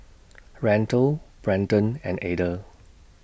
Randle Branden and Ada